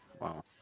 Wow